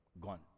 gone